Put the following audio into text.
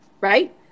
Right